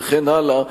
וכן הלאה,